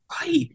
Right